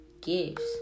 gifts